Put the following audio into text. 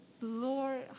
Lord